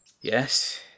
Yes